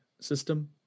system